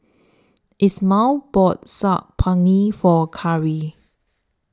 Ismael bought Saag Paneer For Khari